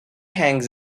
hangs